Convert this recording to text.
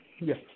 yes